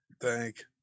Thank